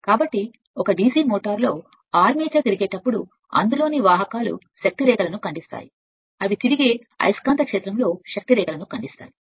కాబట్టి ఒక DC మోటారులో ఆర్మేచర్ దానిపై వాహకాలను తిప్పినప్పుడు మీరు పిలిచేది శక్తి రేఖలను కత్తిరించండి పంక్తిని కత్తిరించండి అవి తిరిగే అయస్కాంత క్షేత్రం యొక్క శక్తి రేఖలను కత్తిరించండి